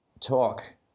talk